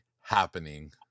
happening